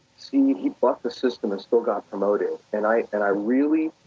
see, he bucked the system and still got promoted. and i and i really,